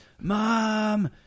mom